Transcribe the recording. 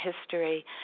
history